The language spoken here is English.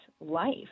life